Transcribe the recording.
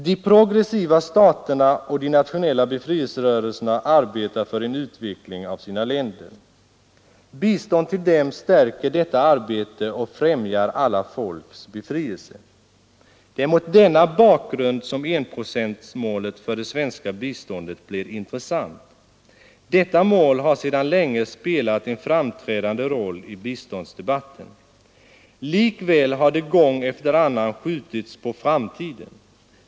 De progressiva staterna och de nationella befrielserörelserna arbetar för en utveckling av sina länder. Bistånd till dem stärker detta arbete och främjar alla folks befrielse. Det är mot denna bakgrund som enprocentsmålet för det svenska biståndet blir intressant. Detta mål har sedan länge spelat en framträdande roll i biståndsdebatten. Likväl har det gång efter annan skjutits på framtiden.